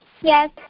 Yes